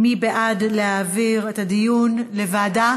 מי בעד להעביר את הדיון לוועדה?